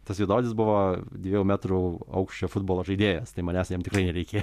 tas juodaodis buvo dviejų metrų aukščio futbolo žaidėjas tai manęs jam tikrai nereikėjo